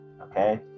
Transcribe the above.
okay